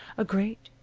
a great,